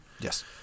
Yes